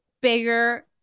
bigger